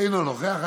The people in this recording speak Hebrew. אינו נוכח.